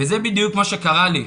וזה בדיוק מה קרה לי,